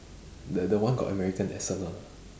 the the one got american accent one ah